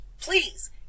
please